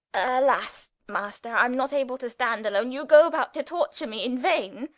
alas master, i am not able to stand alone you goe about to torture me in vaine.